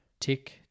Tick